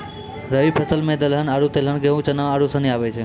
रवि फसल मे दलहन आरु तेलहन गेहूँ, चना आरू सनी आबै छै